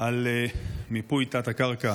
על מיפוי תת-הקרקע